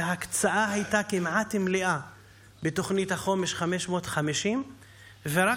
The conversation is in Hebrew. וההקצאה הייתה כמעט מלאה בתוכנית החומש 550. רק